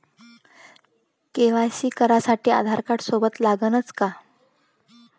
KYC करासाठी आधारकार्ड सोबत लागनच का?